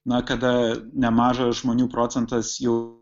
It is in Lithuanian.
na kada nemažas žmonių procentas jų